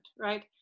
right